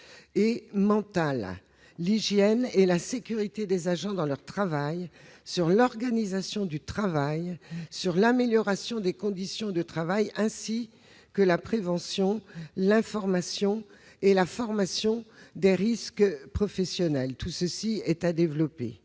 et mentale, l'hygiène et la sécurité des agents sur leur lieu de travail, l'organisation du travail, l'amélioration des conditions de travail, ainsi que la prévention, l'information et la formation aux risques professionnels. Tout cela est à développer.